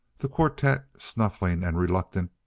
the quartet, snuffling and reluctant,